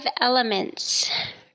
elements